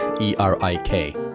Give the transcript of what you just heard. E-R-I-K